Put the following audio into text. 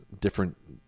different